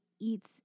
eats